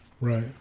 Right